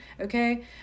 okay